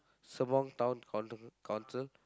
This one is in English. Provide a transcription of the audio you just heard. Sembawang town counc~ council